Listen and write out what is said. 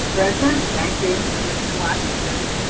president, thank you. commissioner washington.